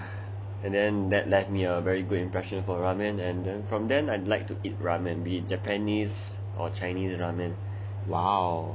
and then that left me a very good impression for ramen and then from then I like to eat ramen be it japanese or chinese ramen